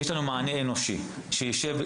יש לנו מענה אנושי שיושב,